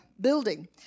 building